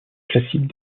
classiques